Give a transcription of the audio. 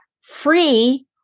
free